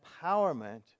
empowerment